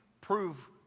prove